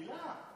מילה.